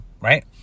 right